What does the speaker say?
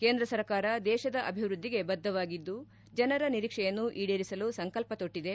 ಕೇಂದ್ರ ಸರ್ಕಾರ ದೇಶದ ಅಭಿವ್ಬದ್ದಿಗೆ ಬದ್ದವಾಗಿದ್ದು ಜನರ ನಿರೀಕ್ಷೆಯನ್ನು ಈಡೇರಿಸಲು ಸಂಕಲ್ಲ ತೊಟ್ಲಿದೆ